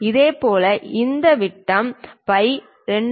இதேபோல் இந்த விட்டம் பை 2